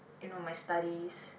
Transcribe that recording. you know my studies